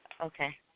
Okay